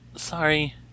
sorry